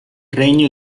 regno